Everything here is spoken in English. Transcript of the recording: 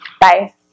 Bye